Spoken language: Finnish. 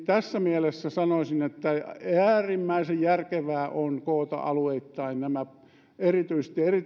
tässä mielessä sanoisin että on äärimmäisen järkevää koota alueittain erityisesti